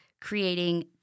creating